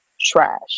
trash